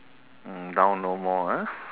now no more ah